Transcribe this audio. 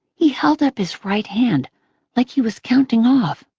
he held up his right hand like he was counting off.